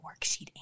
worksheet